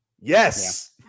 Yes